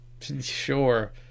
Sure